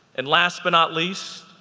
and last but not least,